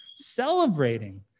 celebrating